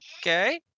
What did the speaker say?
Okay